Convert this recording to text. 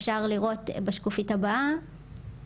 אפשר לראות בשקופית הבאה